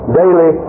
daily